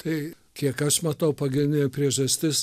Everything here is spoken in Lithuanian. tai kiek aš matau pagrindinė priežastis